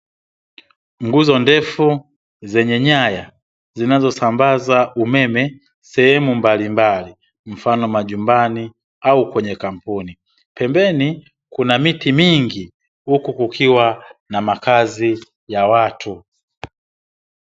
Nguzo ndefu zenye nyaya, zinazosambaza umeme sehemu mbalimbali, mfano majumbani au kwenye kampuni. Pembeni kuna miti mingi, huku kukiwa na makazi ya watu.